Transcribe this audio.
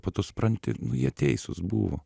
po to supranti ir jie teisūs buvo